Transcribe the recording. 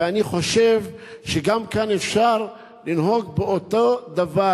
ואני חושב שגם כאן אפשר לנהוג אותו דבר.